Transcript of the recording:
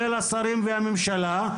השרים והממשלה,